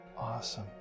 Awesome